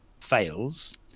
fails